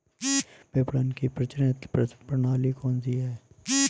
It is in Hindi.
विपणन की प्रचलित प्रणाली कौनसी है?